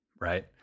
right